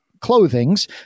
clothings